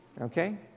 Okay